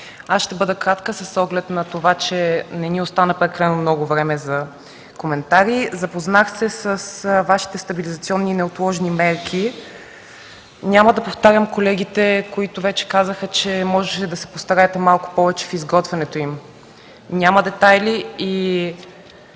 Аз ще бъда кратка с оглед на това, че не ни остана прекалено много време за коментари. Запознах се с Вашите стабилизационни и неотложни мерки. Няма да повтарям колегите, които вече казаха, че можеше да се постараете малко повече в изготвянето им, няма детайли.